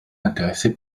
intéressé